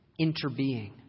interbeing